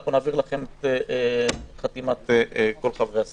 אנחנו נעביר לכם חתימת כל חברי הסיעה.